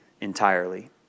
entirely